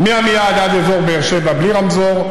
מעמיעד עד אזור באר שבע בלי רמזור,